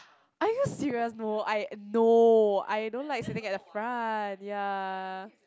are you serious no I no I don't like sitting at the front ya